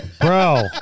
bro